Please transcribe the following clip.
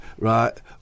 Right